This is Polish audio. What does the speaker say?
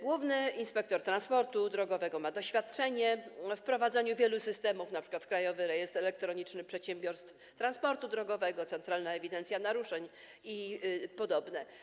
Główny inspektor transportu drogowego ma doświadczenie w prowadzeniu wielu systemów, chodzi np. o Krajowy Rejestr Elektroniczny Przedsiębiorców Transportu Drogowego, centralną ewidencję naruszeń i podobne.